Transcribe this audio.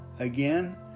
Again